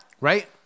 Right